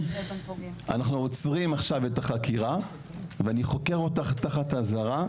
אנחנו עוצרים עכשיו את החקירה ואני חוקר אותך תחת אזהרה,